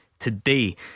Today